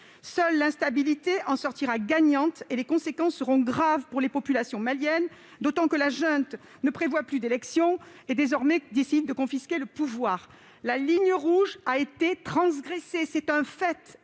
Seule l'instabilité en sortira gagnante et les conséquences seront graves pour les populations maliennes, d'autant que la junte ne prévoit plus d'élections et décide désormais de confisquer le pouvoir. La ligne rouge a été transgressée, c'est un fait !